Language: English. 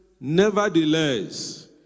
nevertheless